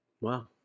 Wow